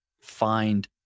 find